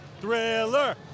Thriller